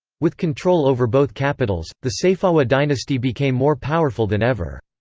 with control over both capitals, the sayfawa dynasty became more powerful than ever.